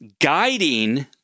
guiding